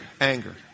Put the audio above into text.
Anger